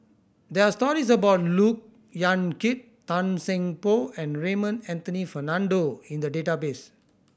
there are stories about Look Yan Kit Tan Seng Poh and Raymond Anthony Fernando in the database